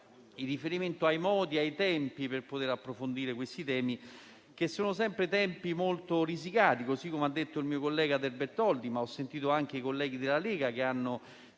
in riferimento ai modi e ai tempi per approfondire questi temi, che sono sempre molto risicati, così come ha detto il mio collega, senatore De Bertoldi. Ho sentito anche i colleghi della Lega che hanno